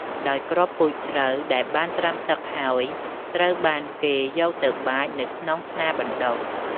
ដោយគ្រាប់ពូជស្រូវដែលបានត្រាំទឹកហើយ ត្រូវបានគេយកទៅបាចនៅក្នុងថ្នាលបណ្ដុះ។